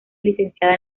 licenciada